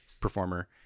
performer